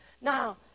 Now